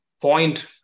point